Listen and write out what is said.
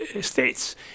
states